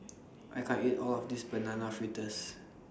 I can't eat All of This Banana Fritters